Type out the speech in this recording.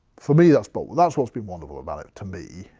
for me, that's but that's what's been wonderful about it to me.